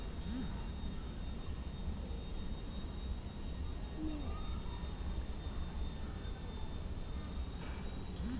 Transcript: piggy bank ಹೆಸರಿನ ಬಳಕೆಯು ವ್ಯಾಪಕವಾಗಿ ಗುರುತಿಸಲ್ಪಟ್ಟ ಹಂದಿ ಆಕಾರಕ್ಕೆ ಕಾರಣವಾಯಿತು